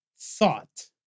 thought